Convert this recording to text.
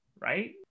Right